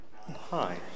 Hi